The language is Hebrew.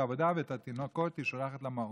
לעבודה ואת התינוקות היא שולחת למעון.